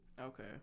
okay